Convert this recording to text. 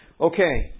Okay